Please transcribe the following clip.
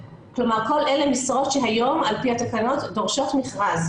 כלומר: כל אלה משרות שהיום על פי התקנות דורשות מכרז.